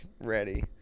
ready